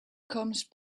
comes